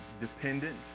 dependent